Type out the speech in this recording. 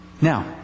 Now